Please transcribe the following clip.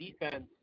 defense